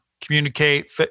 communicate